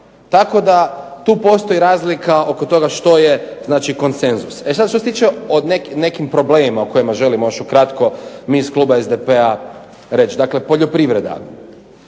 Tako da tu postoji razlika oko toga što je konsenzus. E sad što se tiče, o nekim problemima o kojima želimo još ukratko mi iz kluba SDP-a reći. Dakle, poljoprivreda.